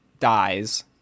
dies